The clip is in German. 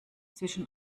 zwischen